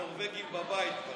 הנורבגים בבית.